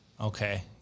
Okay